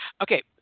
Okay